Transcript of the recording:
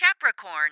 Capricorn